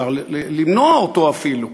אפשר למנוע אותו אפילו.